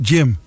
Jim